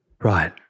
Right